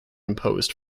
imposed